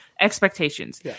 expectations